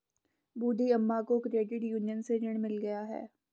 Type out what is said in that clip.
बूढ़ी अम्मा को credit union से ऋण मिल गया है